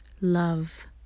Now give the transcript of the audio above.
Love